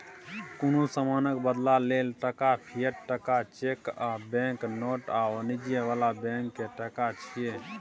कुनु समानक बदला लेल टका, फिएट टका, चैक आ बैंक नोट आ वाणिज्य बला बैंक के टका छिये